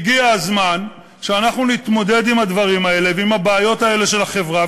הגיע הזמן שאנחנו נתמודד עם הדברים האלה ועם הבעיות האלה של החברה,